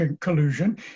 collusion